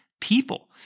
people